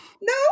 No